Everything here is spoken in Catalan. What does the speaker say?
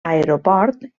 aeroport